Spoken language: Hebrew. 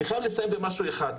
אני חייב לסיים במשהו אחד,